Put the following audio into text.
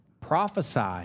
Prophesy